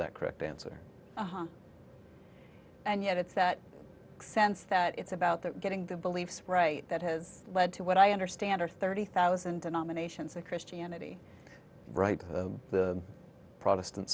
that correct answer and yet it's that sense that it's about their getting their beliefs right that has led to what i understand are thirty thousand denominations of christianity right the protestant